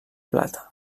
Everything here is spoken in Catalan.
plata